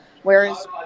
Whereas